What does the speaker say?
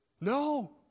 No